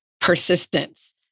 persistence